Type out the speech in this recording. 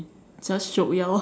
just shiok ya lor